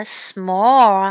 small